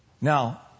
Now